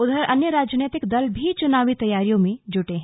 उधर अन्य राजनीतिक दल भी चुनावी तैयारियों में जुटे हैं